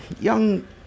young